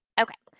okay,